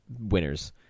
winners